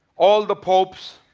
all the pope's.